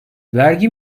vergi